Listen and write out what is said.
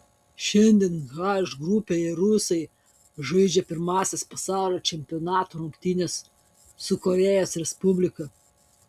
šiandien h grupėje rusai žaidžia pirmąsias pasaulio čempionato rungtynes su korėjos respublika